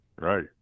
Right